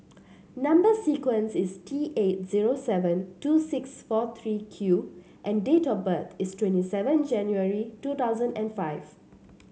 number sequence is T eight zero seven two six four three Q and date of birth is twenty seven January two thousand and five